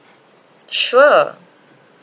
sure